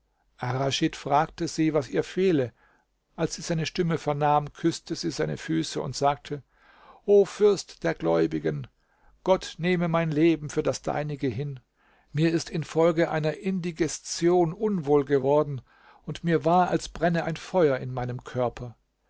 arraschid fragte sie was ihr fehle als sie seine stimme vernahm küßte sie seine füße und sagte o fürst der gläubigen gott nehme mein leben für das deinige hin mir ist infolge einer indigestion unwohl geworden und mir war als brenne ein feuer in meinem körper